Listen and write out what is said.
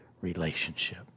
relationship